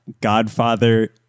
Godfather